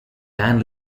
band